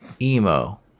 emo